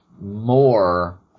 more